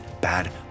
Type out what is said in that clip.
bad